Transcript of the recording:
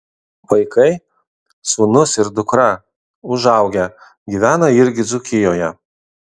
vaikai sūnus ir dukra užaugę gyvena irgi dzūkijoje